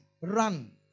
run